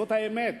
זאת האמת,